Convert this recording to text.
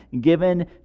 given